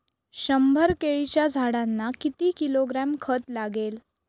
शंभर केळीच्या झाडांना किती किलोग्रॅम खत लागेल?